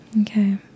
okay